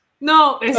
no